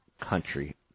country